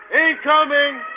incoming